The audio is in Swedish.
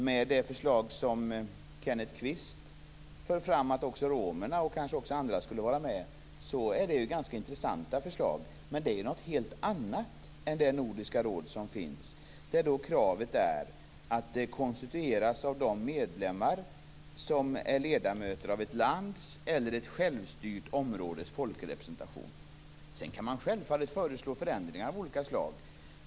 Herr talman! Peter Eriksson får läsa i protokollet vad han faktiskt sade om dumt prat och dumma förslag. Man kan ha synpunkter på hur Nordiska rådet kan vara konstruerat, och de förslag Kenneth Kvist för fram om att också romerna och kanske andra skulle vara med är ganska intressanta förslag. Men det är något helt annat än det nordiska råd som finns, där kravet är att det konstitueras av medlemmar som är ledamöter av ett lands eller ett självstyrt områdes folkrepresentation. Sedan kan man självfallet föreslå förändringar av olika slag.